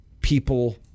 people